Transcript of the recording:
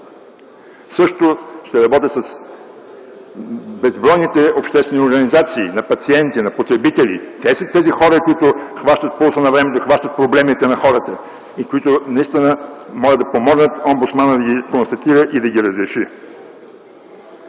Ще работя с безбройните обществени организации на пациенти, на потребители. Те са тези хора, които хващат пулса на времето, хващат проблемите на хората. Те наистина могат да помогнат омбудсманът да ги констатира, и да ги разреши.